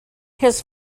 his